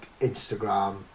Instagram